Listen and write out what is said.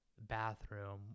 bathroom